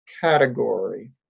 category